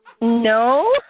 No